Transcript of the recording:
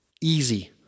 easy